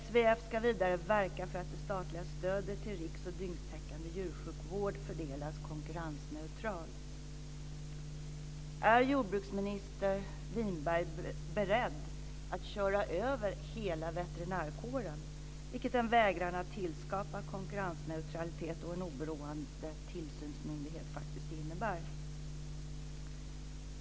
SVF ska vidare verka för att det statliga stödet till riks och dygnstäckande djursjukvård fördelas konkurrensneutralt. Är jordbruksminister Winberg beredd att köra över hela veterinärkåren, vilket en vägran att tillskapa konkurrensneutralitet och en oberoende tillsynsmyndighet faktiskt innebär?